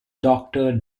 doctor